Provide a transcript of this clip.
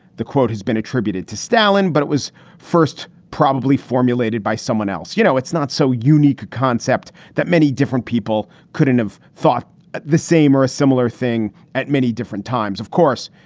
the quote has been attributed to stalin, but it was first probably formulated by someone else. you know, it's not so unique a concept that many different people couldn't have thought the same or a similar thing at many different times, of course,